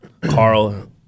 Carl